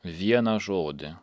vieną žodį